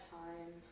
time